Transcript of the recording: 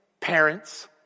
parents